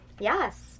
Yes